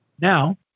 Now